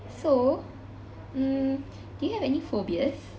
so mm do you have any phobias